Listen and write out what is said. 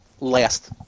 last